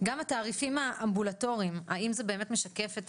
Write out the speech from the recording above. וגם התעריפים האמבולטוריים האם זה באמת משקף את